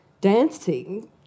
dancing